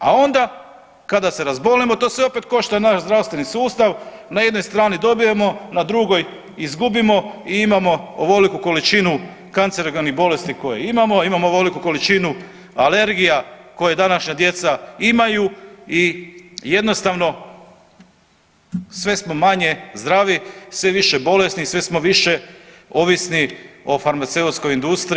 A onda kada se razbolimo to sve opet košta naš zdravstveni sustav, na jednoj strani dobijemo, na drugoj izgubimo i imamo ovoliku količinu kancerogenih bolesti koje imamo, imamo ovoliku količinu alergija koja današnja djeca imaju i jednostavno sve smo manji zdravi, sve više bolesni i sve smo više ovisni o farmaceutskoj industriji.